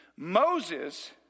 Moses